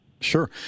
Sure